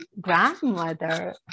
grandmother